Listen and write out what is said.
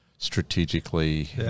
strategically